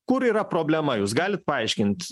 kur yra problema jūs galit paaiškint